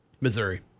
Missouri